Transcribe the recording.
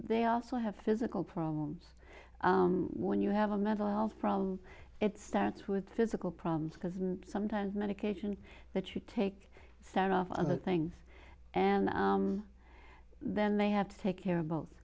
they also have physical problems when you have a mental health problem it starts with physical problems because sometimes medication that you take start off other things and then they have to take care of both